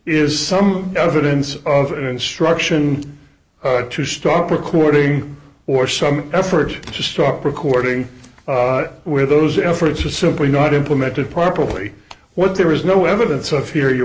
is some evidence of an instruction to stop recording or some effort to stop recording where those efforts are simply not implemented properly what there is no evidence of here your